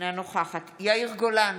אינה נוכחת יאיר גולן,